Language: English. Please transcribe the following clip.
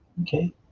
Okay